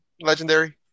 Legendary